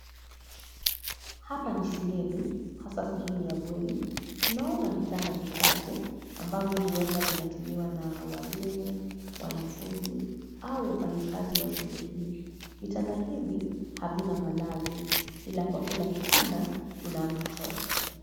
Hapa ni shuleni, hasa sehemu ya bweni. Tunaona vitanda vitatu ambavyo huenda vinatumiwa na walimu, wanafunzi au wafanyakazi wa shule hiyo. Vitanda hivi havina malazi ila kwa kila kitanda kuna mto.